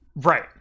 Right